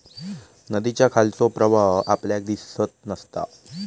नदीच्या खालचो प्रवाह आपल्याक दिसत नसता